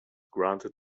granted